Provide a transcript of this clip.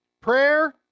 Prayer